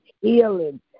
healing